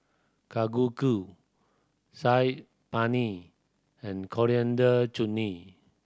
Saag Paneer and Coriander